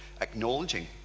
acknowledging